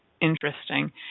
interesting